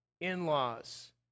in-laws